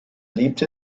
lebte